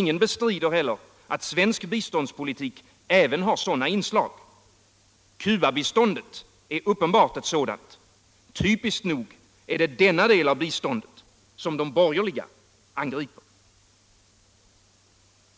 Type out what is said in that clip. Ingen bestrider heller att svensk biståndspolitik även har sådana inslag. Cubabiståndet är uppenbart ett sådant. Typiskt nog är det denna del av biståndet som de borgerliga angriper.